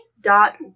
dot